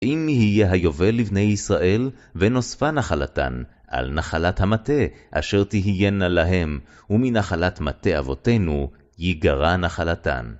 אם יהיה היובל לבני ישראל, ונוספה נחלתן על נחלת המטה אשר תהיינה להם, ומנחלת מטה אבותינו ייגרע נחלתן.